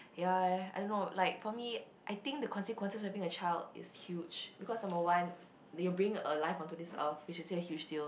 ya ya ya I don't know like for me I think the consequences having a child is huge because number one you'll bring a life onto this Earth which is a huge deal